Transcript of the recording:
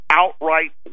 outright